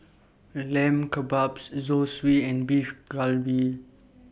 Lamb Kebabs Zosui and Beef Galbi